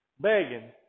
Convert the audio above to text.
begging